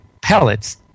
pellets